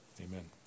amen